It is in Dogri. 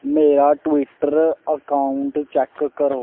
मेरा ट्विटर अकाउंट चैक्क करो